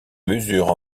mesures